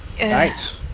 Nice